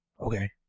Okay